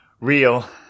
Real